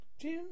Jim